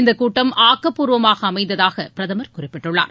இந்தக் கூட்டம் ஆக்கப்பூர்வமாக அமைந்ததாக பிரதமர் குறிப்பிட்டுள்ளார்